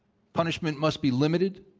punishment must be limited,